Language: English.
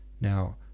Now